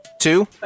Two